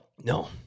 No